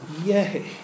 Yay